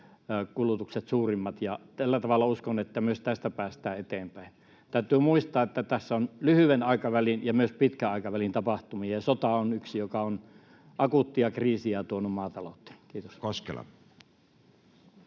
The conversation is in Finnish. energiankulutukset suurimmat, ja tällä tavalla uskon, että myös tästä päästään eteenpäin. Täytyy muistaa, että tässä on lyhyen aikavälin ja myös pitkän aikavälin tapahtumia, ja sota on yksi, joka on akuuttia kriisiä tuonut maatalouteen. — Kiitos. [Speech